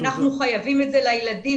אנחנו חייבים את זה לילדים,